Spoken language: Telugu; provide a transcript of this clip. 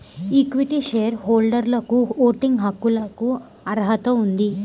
ఈక్విటీ షేర్ హోల్డర్లకుఓటింగ్ హక్కులకుఅర్హత ఉంది